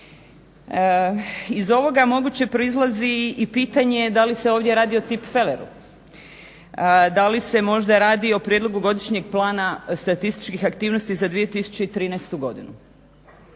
Iz ovoga moguće proizlazi i pitanje da li se ovdje radi o tipfeleru, da li se možda radi o prijedlogu godišnje plana statističkih aktivnosti za 2013. godinu.